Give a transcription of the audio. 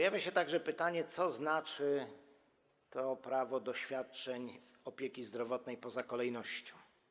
Nasuwa się także pytanie, co znaczy: prawo do świadczeń opieki zdrowotnej poza kolejnością.